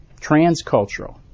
transcultural